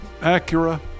Acura